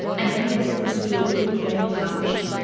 and then we're supposed to be ok with getting punched?